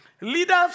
Leaders